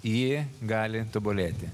ji gali tobulėti